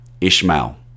Ishmael